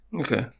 okay